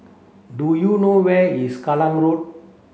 do you know where is Kallang Road